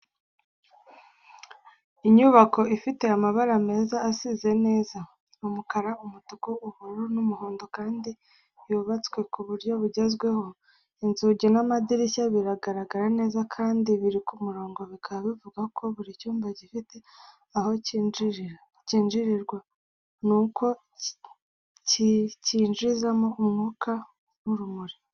Inyubako ifite amabara meza asize neza: umukara, umutuku, ubururu n’umuhondo kandi yubatswe ku buryo bugezweho. Inzugi n'amadirishya biragaragara neza kandi biri ku murongo bikaba bivuga ko buri cyumba gifite aho cyinjirirwa n'uko cyinjizamo umwuka n'urumuri.